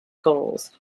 goals